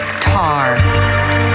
Tar